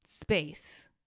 space